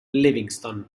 livingston